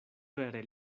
vere